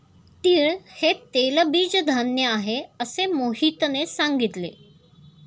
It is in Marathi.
तीळ हे तेलबीज धान्य आहे, असे मोहितने सांगितले